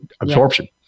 absorption